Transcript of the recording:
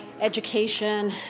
education